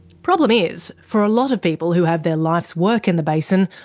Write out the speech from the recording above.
problem is, for a lot of people who have their life's work in the basin,